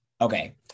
Okay